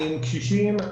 קשישים,